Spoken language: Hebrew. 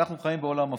אנחנו חיים בעולם הפוך.